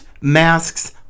masks